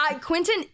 Quentin